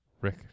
Rick